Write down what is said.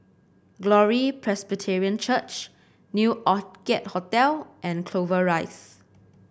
Glory Presbyterian Church New Orchid Hotel and Clover Rise